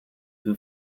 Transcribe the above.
who